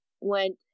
went